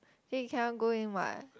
then you cannot go in what